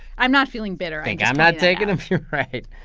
i'm not feeling bitter think i'm not taking them right.